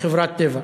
מחברת "טבע",